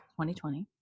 2020